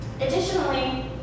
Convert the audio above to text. Additionally